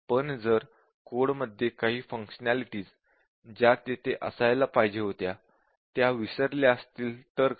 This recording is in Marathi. पण जर कोडमध्ये काही फंक्शनेलिटीज ज्या तेथे असायला पाहिजे होत्या त्या विसरल्या असतील तर काय